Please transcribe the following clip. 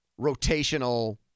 rotational